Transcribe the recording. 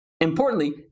Importantly